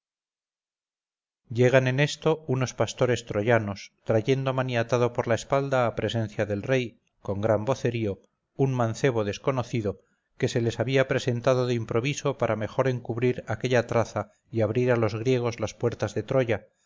llegan en esto unos pastores troyanos trayendo maniatado por la espalda a presencia del rey con gran vocerío un mancebo desconocido que se les había presentado de improviso para mejor encubrir aquella traza y abrir a los griegos las puertas de troya